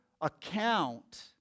account